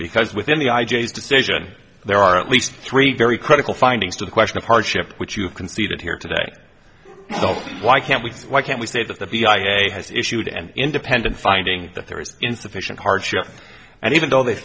because within the i j a as decision there are at least three very critical findings to the question of hardship which you have conceded here today so why can't we can we say that the i a e a has issued an independent finding that there is insufficient hardship and even though they